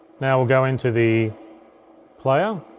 now we'll go into the player.